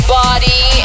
body